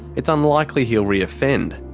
it's unlikely he'll reoffend.